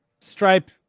stripe